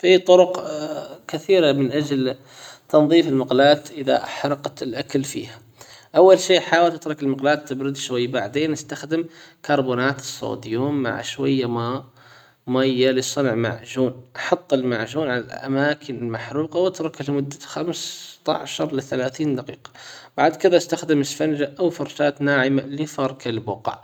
في طرق كثيرة من اجل تنظيف المقلاة اذا احرقت الاكل فيها اول شي حاول تترك المقلاة تبريد شوي بعدين استخدم كربونات الصوديوم مع شوية ماء ميه لصنع معجون حط المعجون على الاماكن المحروقة واتركها لمدة خمسة عشر قبل ثلاثين دقيقة بعد كذا استخدم اسفنجة او فرشاة ناعمة لفرك البقع.